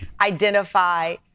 identify